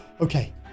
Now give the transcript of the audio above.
okay